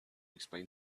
explain